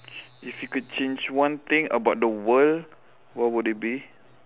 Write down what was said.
if you could change one thing about the world what would it be